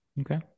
Okay